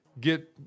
get